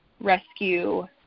rescue